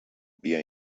بیا